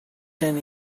ten